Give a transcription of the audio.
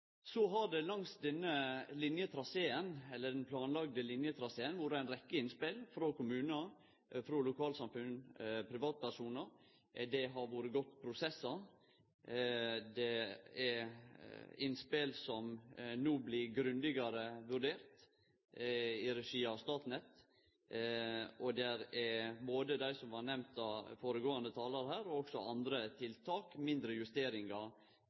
Så har det langs denne planlagde linjetraseen vore ei rekkje innspel frå kommunar, frå lokalsamfunn og frå privatpersonar. Det har vore prosessar. Det er innspel som no blir grundigare vurderte i regi av Statnett, både dei som blei nemnde av føregåande talar, og også andre tiltak, mindre justeringar